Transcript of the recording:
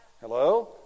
Hello